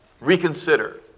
reconsider